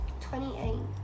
28